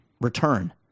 return